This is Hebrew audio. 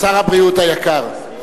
שר הבריאות היקר,